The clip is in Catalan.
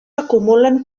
acumulen